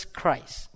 Christ